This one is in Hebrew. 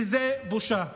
וזו בושה.